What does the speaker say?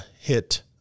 hit